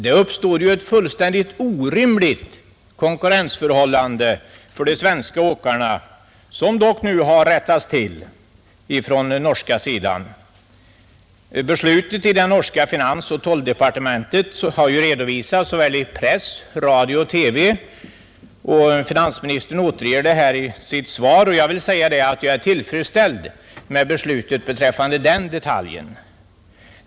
Det uppstod ett fullständigt orimligt konkurrensförhållande för de svenska åkarna, vilket dock nu har rättats till. Beslutet i det norska finansoch tolldepartementet har redovisats såväl i press som i radio och TV, och finansministern återger det i sitt svar. Jag är tillfredsställd med beslutet beträffande den detaljen.